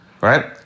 Right